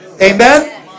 Amen